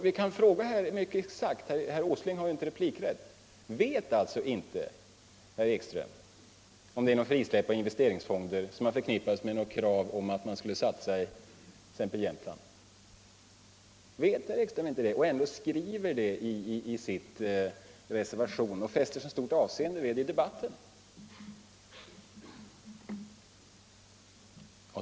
Vi kan fråga mycket exakt — herr Åsling har ju inte rätt till fler repliker: Vet alltså inte herr Ekström om det är något frisläpp av investeringsfonder som har förknippats med krav på att man skulle satsa i exempelvis Jämtland? Vet herr Ekström inte det — men skriver det ändå i sin reservation och fäster så stort avseende vid det i debatten?